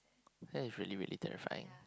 that is really really terrifying